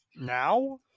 now